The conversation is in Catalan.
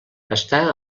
està